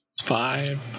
Five